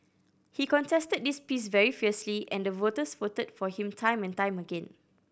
he contested this piece very fiercely and the voters voted for him time and time again